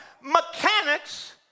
mechanics